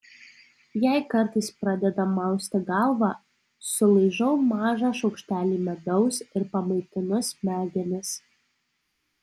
jei kartais pradeda mausti galvą sulaižau mažą šaukštelį medaus ir pamaitinu smegenis